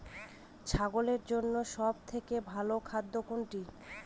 ছাগলের জন্য সব থেকে ভালো খাদ্য কোনটি?